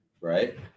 right